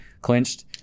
clinched